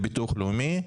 הולכים לביטוח הלאומי,